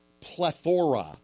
plethora